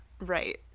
Right